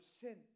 sin